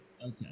Okay